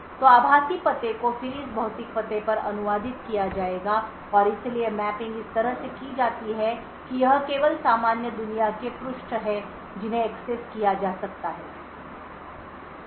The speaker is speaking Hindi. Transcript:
तो आभासी पते को फिर इसी भौतिक पते पर अनुवादित किया जाएगा और इसलिए मैपिंग इस तरह से की जाती है कि यह केवल सामान्य दुनिया के पृष्ठ हैं जिन्हें एक्सेस किया जा सकता है